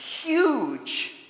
huge